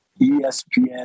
espn